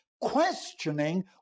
questioning